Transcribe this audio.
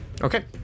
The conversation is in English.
Okay